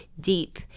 deep